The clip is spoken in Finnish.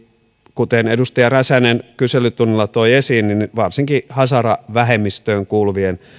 kuten edustaja räsänen kyselytunnilla toi esiin niin varsinkin hazara vähemmistöön kuuluvien